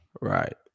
Right